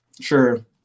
sure